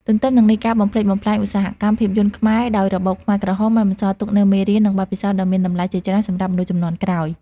ទន្ទឹមនឹងនេះការបំផ្លិចបំផ្លាញឧស្សាហកម្មភាពយន្តខ្មែរដោយរបបខ្មែរក្រហមបានបន្សល់ទុកនូវមេរៀន និងបទពិសោធន៍ដ៏មានតម្លៃជាច្រើនសម្រាប់មនុស្សជំនាន់ក្រោយ។